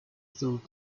through